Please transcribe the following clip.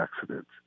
accidents